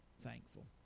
thankful